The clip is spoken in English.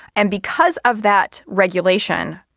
and because of that regulation,